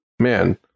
man